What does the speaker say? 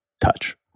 touch